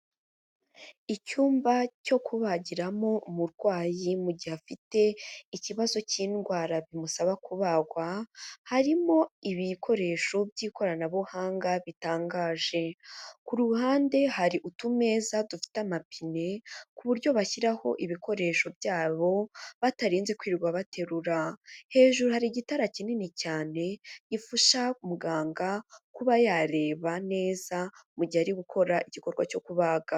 Icyumba cyo kubagiramo umurwayi mu gihe afite ikibazo k'indwara bimusaba kubagwa, harimo ibikoresho by'ikoranabuhanga bitangaje, ku ruhande hari utumeza dufite amapine, ku buryo bashyiraho ibikoresho byabo, batarinze kwirwa baterura, hejuru hari igitara kinini cyane, gifasha muganga kuba yareba neza mu gihe ari gukora igikorwa cyo kubaga.